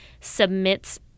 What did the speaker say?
submits